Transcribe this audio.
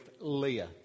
Leah